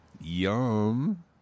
Yum